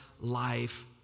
life